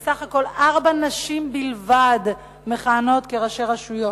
וארבע נשים בלבד מכהנות כראשי רשויות.